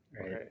right